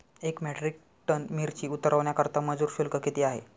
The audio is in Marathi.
एक मेट्रिक टन मिरची उतरवण्याकरता मजुर शुल्क किती आहे?